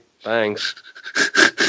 Thanks